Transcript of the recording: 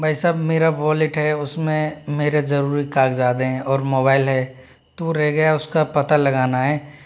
भाई साहब मेरा वॉलेट है उस में मेरे ज़रूरी काग़ज़ात हैं और मोबाइल है तो रह गया उस का पता लगाना है